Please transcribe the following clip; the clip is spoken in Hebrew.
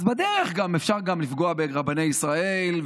בדרך אפשר גם לפגוע ברבני ישראל,